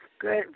Good